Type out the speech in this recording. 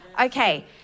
Okay